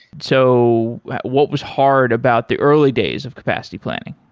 so what was hard about the early days of capacity planning?